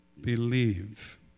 believe